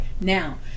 now